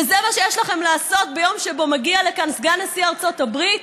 וזה מה שיש לכם לעשות ביום שבו מגיע לכאן סגן נשיא ארצות הברית,